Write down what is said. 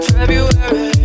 February